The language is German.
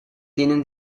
denen